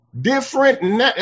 different